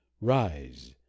Rise